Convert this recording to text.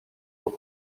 aux